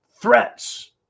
threats